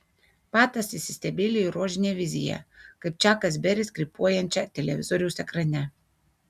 patas įsistebeilijo į rožinę viziją kaip čakas beris krypuojančią televizoriaus ekrane